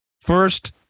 First